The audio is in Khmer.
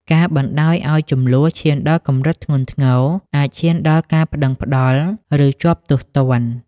ការបណ្តោយឲ្យជម្លោះឈានដល់កម្រិតធ្ងន់ធ្ងរ អាចឈានដល់ការប្តឹងប្តល់ ឬជាប់ទោសទណ្ឌ។